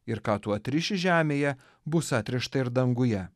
ir ką tu atriši žemėje bus atrišta ir danguje